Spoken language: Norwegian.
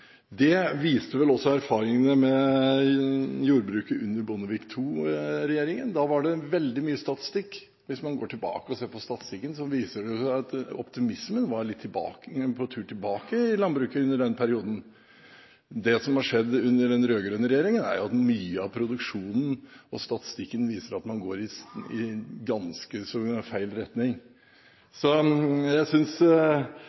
Det viste vel også erfaringene med jordbruket under Bondevik II-regjeringen. Da var det veldig mye statistikk som – hvis man går tilbake og ser på statistikken – viser at optimismen var litt på tur tilbake i landbruket under den perioden. Det som har skjedd under den rød-grønne regjeringen, er jo at mye av produksjonen og statistikken viser at man går i ganske så feil retning.